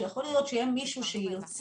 שיכול להיות שיהיה מישהו שירצה,